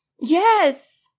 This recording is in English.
Yes